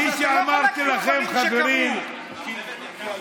כפי שאמרתי לכם, חברים, לא,